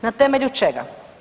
Na temelju čega?